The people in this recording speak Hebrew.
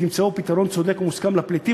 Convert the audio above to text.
ותמצאו פתרון צודק ומוסכם לפליטים,